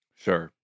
Sure